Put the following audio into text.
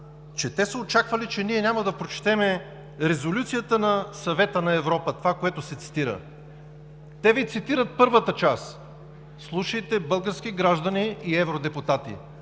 че те са очаквали, че ние няма да прочетем Резолюцията на Съвета на Европа, това което се цитира. Те Ви цитират първата част. Слушайте, български граждани и евродепутати,